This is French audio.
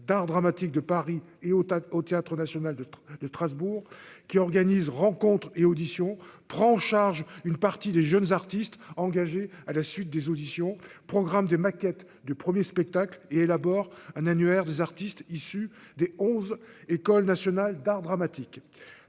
d'art dramatique de Paris et autres au Théâtre national de de Strasbourg qui organise rencontres et auditions prend en charge une partie des jeunes artistes engagés à la suite des auditions, programme des maquettes du 1er spectacle et élabore un annuaire des artistes issus des 11 écoles nationales d'art dramatique,